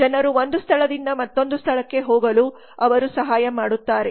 ಜನರು ಒಂದು ಸ್ಥಳದಿಂದ ಮತ್ತೊಂದು ಸ್ಥಳಕ್ಕೆ ಹೋಗಲು ಅವರು ಸಹಾಯ ಮಾಡುತ್ತಾರೆ